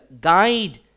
guide